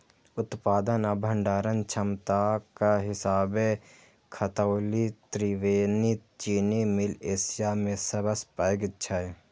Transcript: उत्पादन आ भंडारण क्षमताक हिसाबें खतौली त्रिवेणी चीनी मिल एशिया मे सबसं पैघ छै